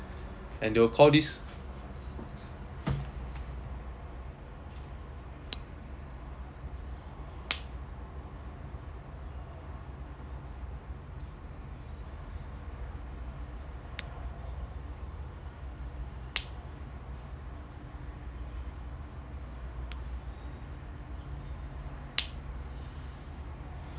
and they'll call this